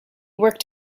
worked